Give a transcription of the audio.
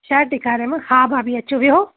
shirt ॾेखारियांव हा भाभी अचो वियो